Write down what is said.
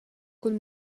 cun